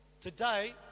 today